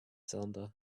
cylinder